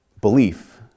belief